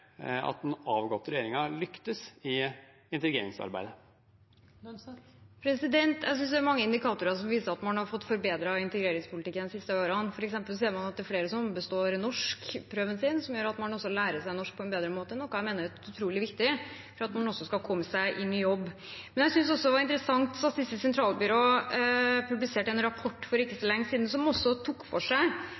at den avgåtte regjeringen har lyktes i integreringsarbeidet? Jeg synes det er mange indikatorer som viser at man har fått forbedret integreringspolitikken de siste årene, f.eks. ser man at det er flere som består norskprøven sin. Det gjør at man lærer seg norsk på en bedre måte, noe jeg mener er utrolig viktig for at man også skal kunne komme seg ut i jobb. Jeg synes det var interessant at Statistisk sentralbyrå for ikke så lenge siden publiserte en rapport som tok for seg